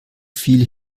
viel